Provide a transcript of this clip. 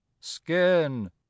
skin